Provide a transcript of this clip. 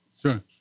Sure